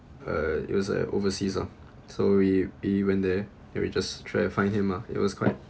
uh it was a overseas lah so we we went there then we just try and find him lah it was quite